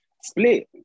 split